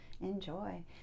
enjoy